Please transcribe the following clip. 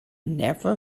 never